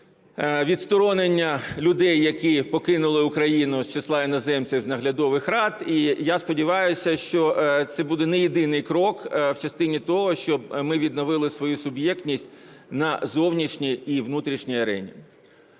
відсторонення людей, які покинули Україну, з числа іноземців з наглядових рад. І я сподіваюся, що це буде не єдиний крок у частині того, щоб ми відновили свою суб'єктність на зовнішній і внутрішній арені.